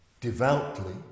devoutly